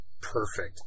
Perfect